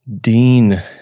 Dean